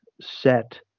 set